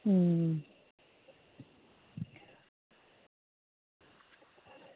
अं